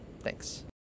Thanks